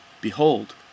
Behold